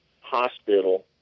hospital